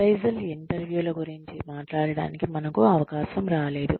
appraisal ఇంటర్వ్యూల గురించి మాట్లాడటానికి మనకు అవకాశం రాలేదు